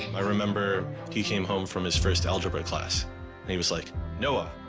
i remember he came home from his first algebra class he was like noah,